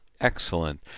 Excellent